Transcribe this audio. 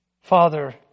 Father